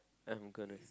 I'm gonna